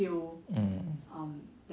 mm